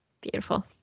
beautiful